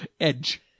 Edge